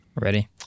Ready